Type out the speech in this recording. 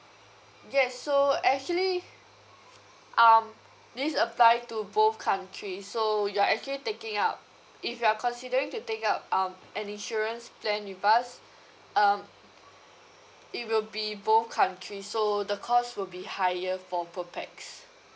yes so actually um this apply to both country so you're actually taking up if you are considering to take up um an insurance plan with us um it will be both country so the cost will be higher for per pax